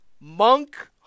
Monk